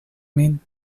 min